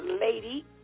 Lady